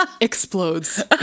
Explodes